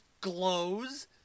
glows